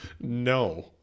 No